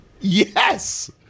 Yes